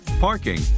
parking